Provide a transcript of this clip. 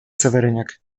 seweryniak